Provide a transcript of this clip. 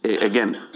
again